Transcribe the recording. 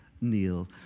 Neil